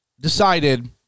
decided